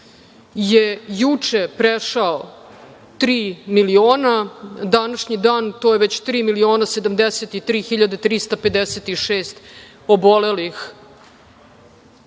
je juče prešao tri miliona, na današnji dan to je već tri miliona 73 hiljade 356 obolelih.